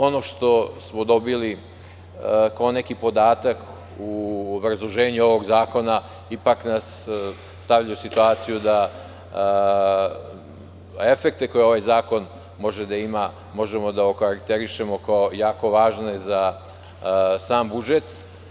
Ono što smo dobili kao nekipodatak u obrazloženju ovog zakona ipak nas stavlja u situaciju da efekte koje ovaj zakon može da ima možemo da okarakterišemo kao jako važne za sam budžet.